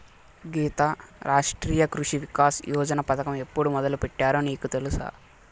గీతా, రాష్ట్రీయ కృషి వికాస్ యోజన పథకం ఎప్పుడు మొదలుపెట్టారో నీకు తెలుసా